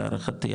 להערכתי,